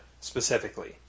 specifically